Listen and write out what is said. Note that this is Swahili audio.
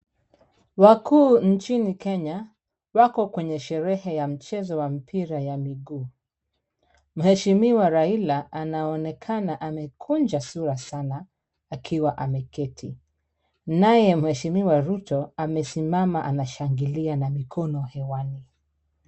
Wakuu nchini Kenya wako kwenye sherehe ya mchezo wa mpira ya miguu. Mheshimiwa Raila anaonekana amekunja sura sana akiwa ameketi, naye mheshimiwa Ruto amesimama anashangilia na mikono hewani.